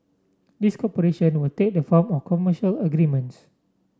this cooperation will take the form of commercial agreements